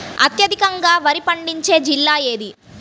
అత్యధికంగా వరి పండించే జిల్లా ఏది?